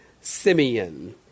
Simeon